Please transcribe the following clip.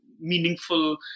meaningful